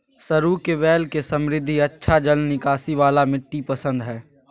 सरू के बेल के समृद्ध, अच्छा जल निकासी वाला मिट्टी पसंद हइ